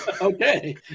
Okay